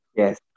yes